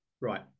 Right